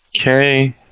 Okay